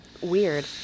weird